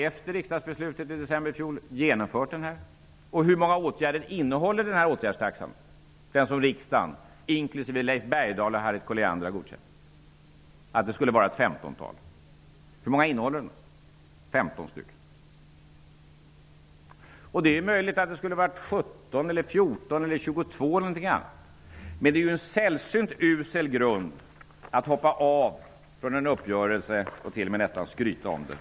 Efter riksdagsbeslutet i december i fjol har vi genomfört detta. Hur många åtgärder innehåller den åtgärdstaxa som riksdagen inklusive Leif Bergdahl och Harriet Colliander har godkänt skall innehålla ett femtontal? Den innehåller 15 åtgärder. Det är möjligt att det skulle ha kunnat vara 14, 17 eller 22 i stället. Men det är en sällsynt usel grund för att hoppa av från en uppgörelse och t.o.m. nästan skryta om det.